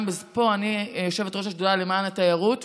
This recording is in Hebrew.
אני יושבת-ראש השדולה למען התיירות.